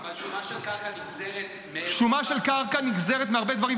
אבל שומה של קרקע נגזרת --- שומה של קרקע נגזרת מהרבה דברים,